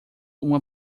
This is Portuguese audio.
uma